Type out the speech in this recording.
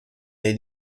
dei